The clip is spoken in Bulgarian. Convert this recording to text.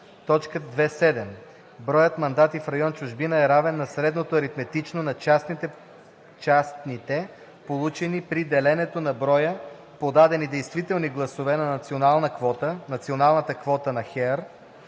така: „2.7. Броят мандати в район „Чужбина“ е равен на средното аритметично на частните, получени при деленето на броя подадени действителни гласове, на националната квота на Хеър